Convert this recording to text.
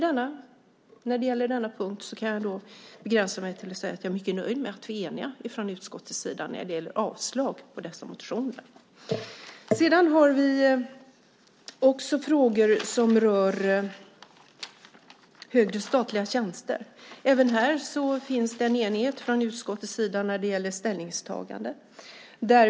På denna punkt kan jag begränsa mig till att säga att jag är mycket nöjd med att vi är eniga i utskottet när det gäller avslag på dessa motioner. Vi har också frågor som rör högre statliga tjänster. Även här är utskottet enigt i sitt ställningstagande.